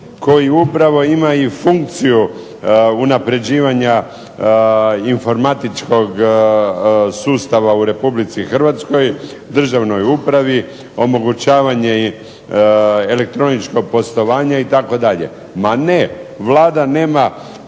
koji upravo i ima funkciju unapređivanja informatičkog sustava u Republici Hrvatskoj, državnoj upravi, omogućavanje i elektroničko poslovanje itd. Ma ne, Vlada nema